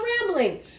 rambling